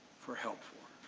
for help for?